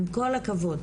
עם כל הכבוד.